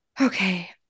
Okay